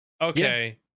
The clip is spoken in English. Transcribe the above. Okay